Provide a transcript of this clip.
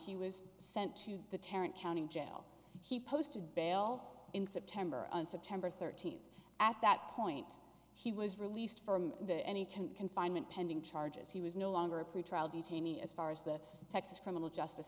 he was sent to deterrent county jail he posted bail in september and september thirteenth at that point he was released from the any confinement pending charges he was no longer a pretrial detainee as far as the texas criminal justice